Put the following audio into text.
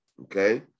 okay